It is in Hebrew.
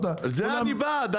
זה אני בעד.